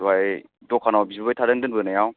दहाय दखानआव बिबोबाय थादों दोनबोनायाव